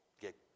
get